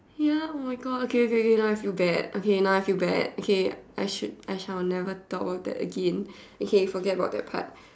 ya oh my God okay okay okay now I feel bad now I feel bad okay I should I shall never talk about that again okay forget about that part